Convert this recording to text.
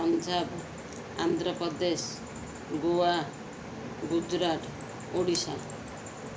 Punjab Andhra Pradesh Goa Gujarat Odisha